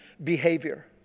behavior